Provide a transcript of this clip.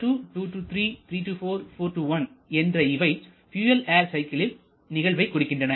1 2 3 4 1 என்ற இவை fuel air cycle நிகழ்வை குறிக்கின்றன